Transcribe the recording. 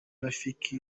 rafiki